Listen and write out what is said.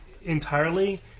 entirely